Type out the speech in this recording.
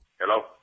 Hello